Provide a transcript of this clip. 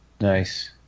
nice